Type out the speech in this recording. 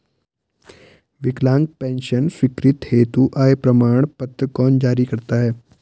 विकलांग पेंशन स्वीकृति हेतु आय प्रमाण पत्र कौन जारी करता है?